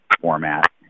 format